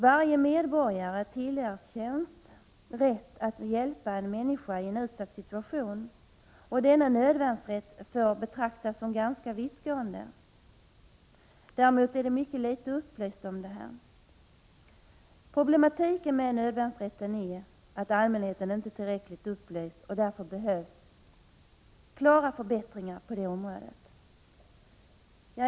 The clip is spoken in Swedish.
Varje medborgare tillerkänns rätt att hjälpa en medmänniska i en utsatt situation, och denna nödvärnsrätt får betraktas som ganska vittgående. Däremot är det mycket litet upplyst om detta. Problemet med nödvärnsrätten är att allmänheten inte är tillräckligt upplyst, och därför behövs klara förbättringar på det området.